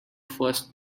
first